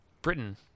Britain